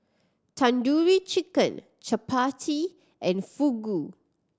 Tandoori Chicken Chapati and Fugu